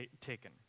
taken